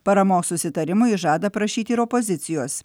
paramos susitarimui žada prašyti ir opozicijos